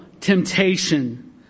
temptation